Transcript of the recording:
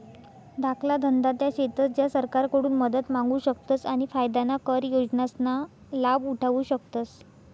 धाकला धंदा त्या शेतस ज्या सरकारकडून मदत मांगू शकतस आणि फायदाना कर योजनासना लाभ उठावु शकतस